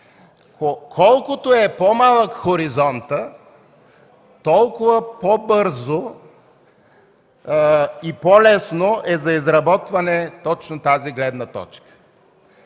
Колкото е по-малък хоризонтът, толкова по-бързо и по-лесно е изработването точно на тази гледна точка.